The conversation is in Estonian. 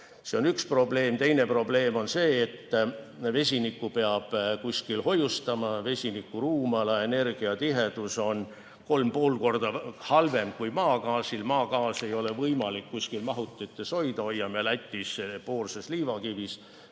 See on üks probleem. Teine probleem on see, et vesinikku peab kuskil hoiustama. Vesiniku ruumala ja energiatiheduse seos on 3,5 korda halvem kui maagaasil. Maagaasi ei ole võimalik kuskil mahutites hoida, hoiame Lätis poorses liivakivis.